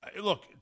Look